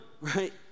right